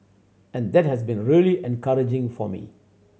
and that has been really encouraging for me